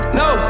no